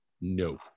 No